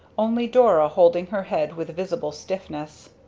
only dora holding her head with visible stiffness.